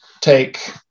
take